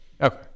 Okay